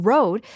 Road